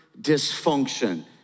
dysfunction